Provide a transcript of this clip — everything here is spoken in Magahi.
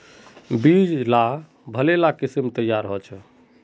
बीज लार भले ला किसम तैयार होछे